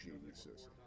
geniuses